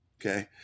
Okay